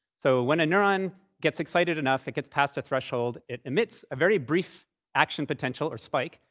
so when a neuron gets excited enough, it gets past a threshold. it emits a very brief action potential or spike,